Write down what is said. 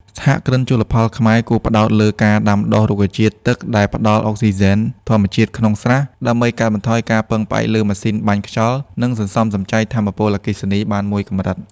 សហគ្រិនជលផលខ្មែរគួរផ្តោតលើការដាំដុះរុក្ខជាតិទឹកដែលផ្ដល់អុកស៊ីហ្សែនធម្មជាតិក្នុងស្រះ ដើម្បីកាត់បន្ថយការពឹងផ្អែកលើម៉ាស៊ីនបាញ់ខ្យល់ និងសន្សំសំចៃថាមពលអគ្គិសនីបានមួយកម្រិត។